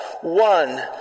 one